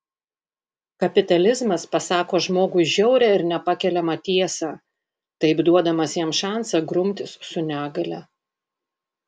kapitalizmas pasako žmogui žiaurią ir nepakeliamą tiesą taip duodamas jam šansą grumtis su negalia